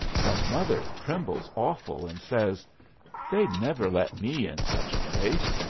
but mother trembles awful, and says they'd never let me in such a place.